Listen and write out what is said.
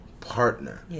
partner